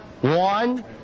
One